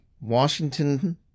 Washington